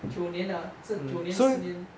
九年 ah 这九年十年